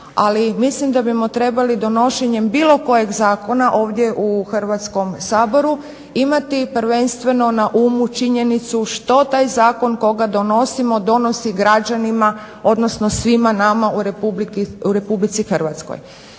ali mislim da bismo trebali donošenjem bilo kojeg zakona ovdje u Hrvatskom saboru imati prvenstveno na umu činjenicu što taj zakon koga donosimo donosi građanima odnosno svima nama u Republici Hrvatskoj.